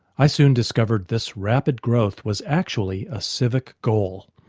i soon discovered this rapid growth was actually a civic goal.